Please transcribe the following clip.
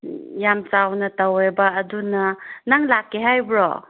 ꯌꯥꯝ ꯆꯥꯎꯅ ꯇꯧꯋꯦꯕ ꯑꯗꯨꯅ ꯅꯪ ꯂꯥꯛꯀꯦ ꯍꯥꯏꯕ꯭ꯔꯣ